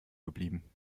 geblieben